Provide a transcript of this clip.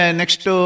next